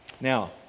Now